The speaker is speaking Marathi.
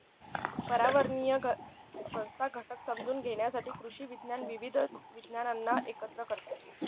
पर्यावरणीय संस्था घटक समजून घेण्यासाठी कृषी विज्ञान विविध विज्ञानांना एकत्र करते